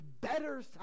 better